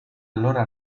allora